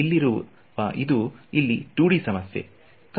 ಇಲ್ಲಿರುವುದು ಇದು ಇಲ್ಲಿ 2 ಡಿ ಸಮಸ್ಯೆ